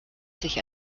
sich